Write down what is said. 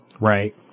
Right